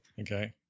okay